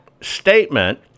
statement